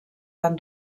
van